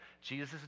Jesus